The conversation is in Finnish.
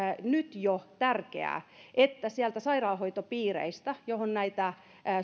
nyt jo tärkeää että sieltä sairaanhoitopiireistä joihin näitä